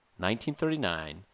1939